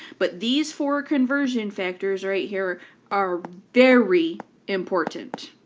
but these four conversion factors right here are very important,